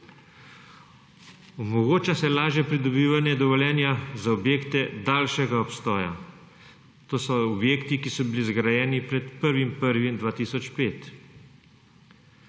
Omogoča se lažje pridobivanje dovoljenja za objekte daljšega obstoja. To so objekti, ki so bili zgrajeni pred 1.